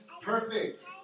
perfect